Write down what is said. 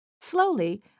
Slowly